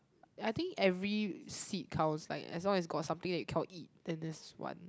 I think every seed counts like as long as got something that you cannot eat then that's one